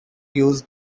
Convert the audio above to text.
use